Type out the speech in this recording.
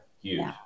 Huge